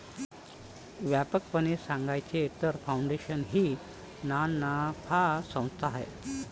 व्यापकपणे सांगायचे तर, फाउंडेशन ही नानफा संस्था आहे